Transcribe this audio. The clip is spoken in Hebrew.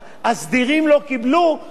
מחשש פן הגמלאים,